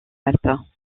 alpes